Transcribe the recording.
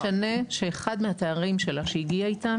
משנה שאחד מהתארים שלה שהיא הגיעה איתם,